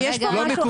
לא מקובל.